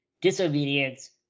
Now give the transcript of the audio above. Disobedience